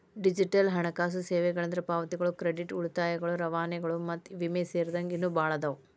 digital ಹಣಕಾಸು ಸೇವೆಗಳಂದ್ರ ಪಾವತಿಗಳು ಕ್ರೆಡಿಟ್ ಉಳಿತಾಯಗಳು ರವಾನೆಗಳು ಮತ್ತ ವಿಮೆ ಸೇರಿದಂಗ ಇನ್ನೂ ಭಾಳ್ ಅದಾವ